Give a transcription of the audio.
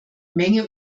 menge